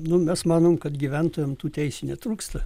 nu mes manom kad gyventojam tų teisių netrūksta